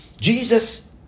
Jesus